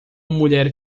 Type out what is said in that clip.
mulher